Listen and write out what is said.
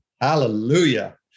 Hallelujah